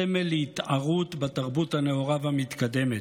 סמל להתערות בתרבות הנאורה והמתקדמת,